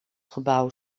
gebouw